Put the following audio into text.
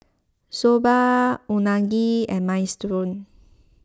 Soba Unagi and Minestrone